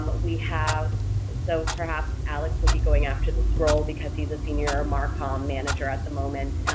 we have so perhaps alex would be going after this role because he's a senior marcom manager at the moment,